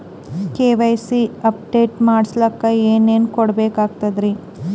KYC update ಮಾಡಸ್ಲಕ ಏನೇನ ಕೊಡಬೇಕಾಗ್ತದ್ರಿ?